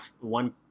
one